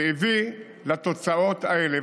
והביא לתוצאות האלה.